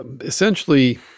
essentially